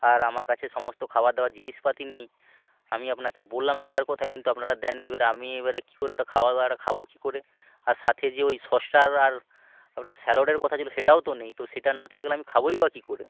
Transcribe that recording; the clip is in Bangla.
আর আমার কাছে সমস্ত খাবার দাবার জিনিসপাতি নেই আমি আপনাকে বললাম দেওয়ার কথা কিন্তু আপনারা দেননি এবার আমি এবারে কী করে ওটা খাওয়াব এটা খাব কী করে আর সাথে যে ওই সসটার আর আপনার স্যালাডের কথা ছিল সেটাও তো নেই তো সেটা না থাকলে আমি খাবই বা কী করে